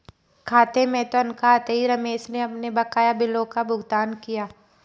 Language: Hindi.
खाते में तनख्वाह आते ही रमेश ने अपने बकाया बिलों का भुगतान किया